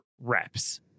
reps